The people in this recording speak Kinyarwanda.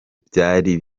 byari